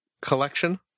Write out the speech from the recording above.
collection